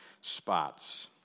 spots